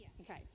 Okay